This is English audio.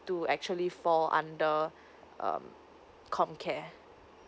to actually fall under um comcare